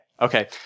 Okay